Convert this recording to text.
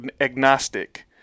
agnostic